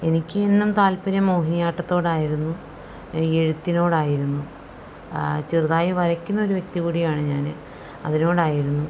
എനിക്ക് എന്നും താൽപര്യം മോഹിനിയാട്ടത്തോടായിരുന്നു എഴുത്തിനോടായിരുന്നു ചെറുതായി വരയ്ക്കുന്ന ഒരു വ്യക്തികൂടിയാണ് ഞാൻ അതിനോടായിരുന്നു